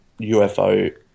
UFO